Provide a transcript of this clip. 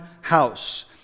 house